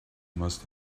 must